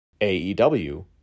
AEW